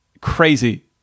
crazy